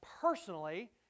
personally